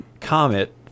Comet